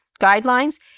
guidelines